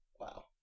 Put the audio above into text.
Wow